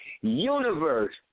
universe